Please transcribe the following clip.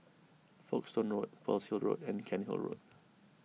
Folkestone Road Pearl's Hill Road and Cairnhill Road